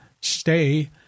stay